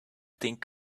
think